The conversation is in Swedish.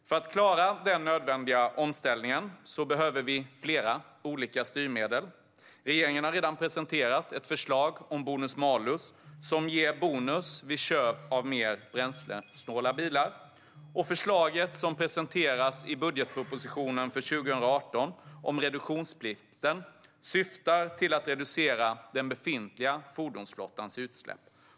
För att klara den nödvändiga omställningen behöver vi flera olika styrmedel. Regeringen har redan presenterat ett förslag om bonus-malus som ger bonus vid köp av mer bränslesnåla bilar. Det förslag som presenteras i budgetpropositionen för 2018 om reduktionsplikten syftar till att reducera den befintliga fordonsflottans utsläpp.